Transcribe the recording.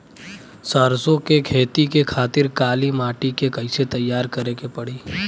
सरसो के खेती के खातिर काली माटी के कैसे तैयार करे के पड़ी?